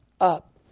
up